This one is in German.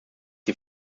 die